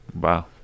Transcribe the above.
Wow